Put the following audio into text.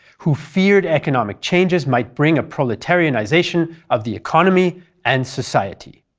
who feared economic changes might bring a proletarianization of the economy and society.